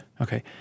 Okay